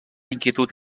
inquietud